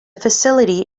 facility